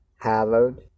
hallowed